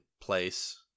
place